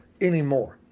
anymore